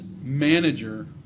manager